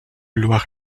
loir